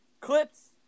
clips